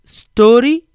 story